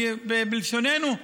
בלשוננו,